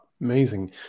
Amazing